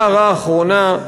והערה אחרונה,